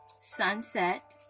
Sunset